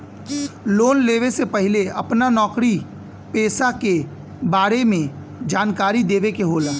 Loan लेवे से पहिले अपना नौकरी पेसा के बारे मे जानकारी देवे के होला?